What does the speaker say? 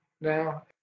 now